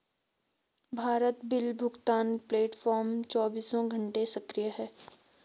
Bharat bill भुगतान platform चौबीसों घंटे सक्रिय है